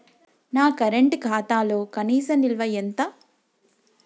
నా కరెంట్ ఖాతాలో కనీస నిల్వ ఎంత?